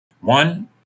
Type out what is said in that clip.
One